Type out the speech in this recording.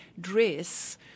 dress